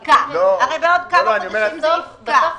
בעוד כמה חודשים זה יפקע.